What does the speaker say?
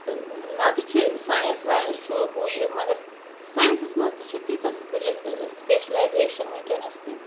تہٕ نہَ تہٕ چھُ ساینس واینس چھُ ہُہ یہِ مگر ساینسَس منٛز تہِ چھِ تیٖژاہ سپ سپیشلایزیشَن ونکیٚنَس تہِ